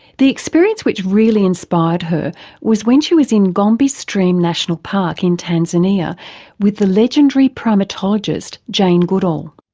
the experience which really inspired her was when she was in gombe stream national park in tanzania with the legendary primatologist jane goodall.